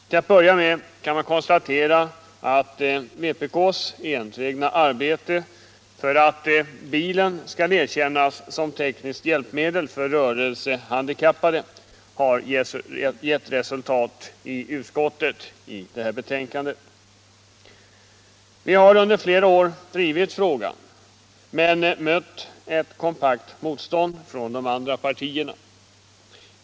Här vill jag konstatera att vpk:s enträgna arbete för att bilen skall erkännas som ett tekniskt hjälpmedel för rörelsehandikappade har gett resultat i utskottet enligt det här betänkandet. Vi har under flera år drivit frågan men mött ett kompakt motstånd från de andra partierna.